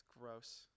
gross